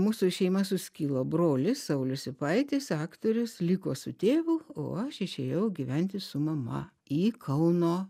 mūsų šeima suskilo brolis saulius sipaitis aktorius liko su tėvu o aš išėjau gyventi su mama į kauno